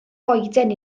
goeden